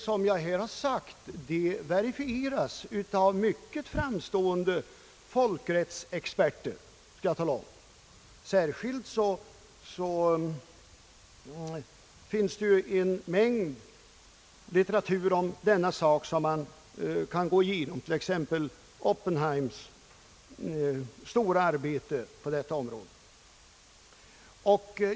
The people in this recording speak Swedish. Vad jag här har sagt verifieras av mycket framstående folkrättsexperter, t.ex. Oppenheims stora arbete »International Law».